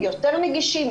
יותר נגישים,